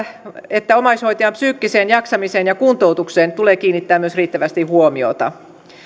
että myös omaishoitajan psyykkiseen jaksamiseen ja kuntoutukseen tulee kiinnittää riittävästi huomiota